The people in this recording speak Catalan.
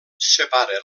separa